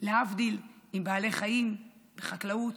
להבדיל, עם בעלי חיים, בחקלאות,